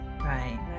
Right